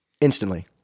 instantly